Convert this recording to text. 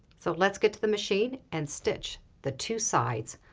so let's get to the machine and stitch the two sides.